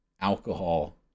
alcohol